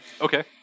Okay